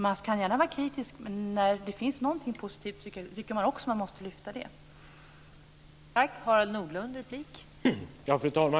Man kan gärna vara kritisk, men när det finns någonting positivt tycker jag att man också måste lyfta fram det.